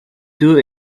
too